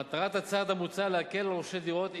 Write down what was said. מטרת הצעד המוצע להקל על רוכשי דירות.